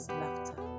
laughter